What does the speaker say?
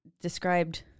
described